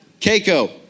Keiko